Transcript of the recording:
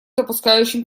допускающим